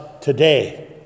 today